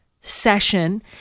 session